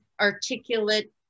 articulate